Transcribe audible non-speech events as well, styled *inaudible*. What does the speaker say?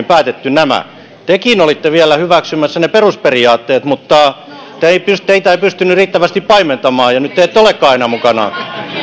*unintelligible* päättäneet nämä tekin olitte vielä hyväksymässä ne perusperiaatteet mutta teitä ei pystynyt riittävästi paimentamaan ja nyt te ette olekaan enää mukana